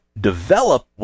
develop